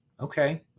Okay